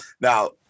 now